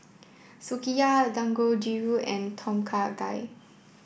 Sukiyaki Dangojiru and Tom Kha Gai